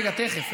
תכף,